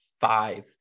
five